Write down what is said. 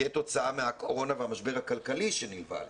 כתוצאה מהקורונה ומהמשבר הכלכלי שנלווה לזה.